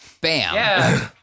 Bam